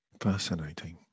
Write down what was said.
fascinating